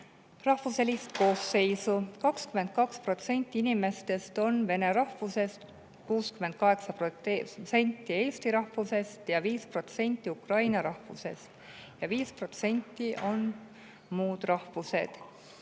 rahvuselist koosseisu. 22% inimestest on vene rahvusest, 68% eesti rahvusest ja 5% ukraina rahvusest, 5% on muud rahvused.